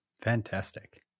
Fantastic